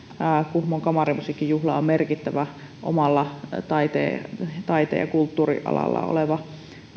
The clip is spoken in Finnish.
kuhmon kamarimusiikkijuhla on merkittävä omalla taiteen taiteen ja kulttuurin alalla oleva